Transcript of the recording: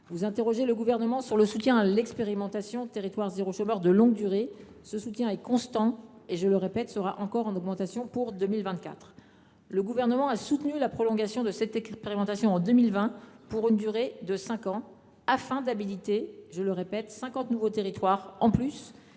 Vous interrogez le Gouvernement sur son soutien à l’expérimentation « Territoires zéro chômeur de longue durée ». Cet appui est constant et, je le répète, il augmentera encore en 2024. Le Gouvernement a soutenu la prolongation de cette expérimentation en 2020 pour une durée de cinq ans, afin d’habiliter 50 nouveaux territoires, en plus